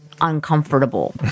uncomfortable